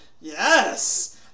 Yes